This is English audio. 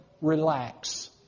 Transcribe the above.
Relax